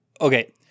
Okay